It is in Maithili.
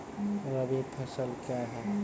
रबी फसल क्या हैं?